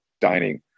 dining